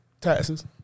Taxes